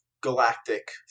galactic